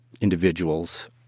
individuals